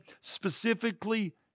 specifically